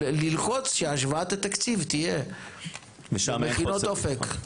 או ללחוץ שהשוואת התקציב תהיה למכינות אופק.